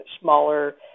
smaller